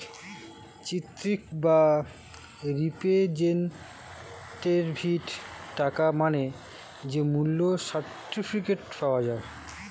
চিত্রিত বা রিপ্রেজেন্টেটিভ টাকা মানে যে মূল্য সার্টিফিকেট পাওয়া যায়